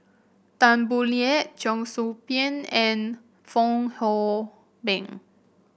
Tan Boo Liat Cheong Soo Pieng and Fong Hoe Beng